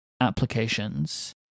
applications